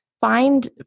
find